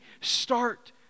start